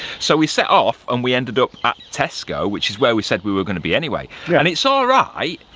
so we set off and we ended up at tesco which is where we said we were going to be anyway yeah and it's all right